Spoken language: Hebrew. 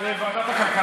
לוועדת הכלכלה.